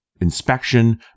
inspection